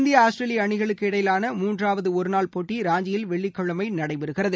இந்திய ஆஸ்திரேலியா அனிகளுக்கு இடையிலான மூன்றாவது ஒருநாள் போட்டி ராஞ்சியில் வெள்ளிக்கிழமை நடைபெறுகிறது